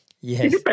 yes